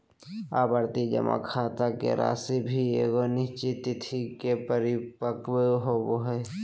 आवर्ती जमा खाता के राशि भी एगो निश्चित तिथि के परिपक्व होबो हइ